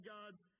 God's